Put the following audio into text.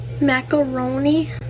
macaroni